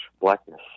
blackness